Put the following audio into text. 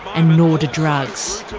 and nor do drugs.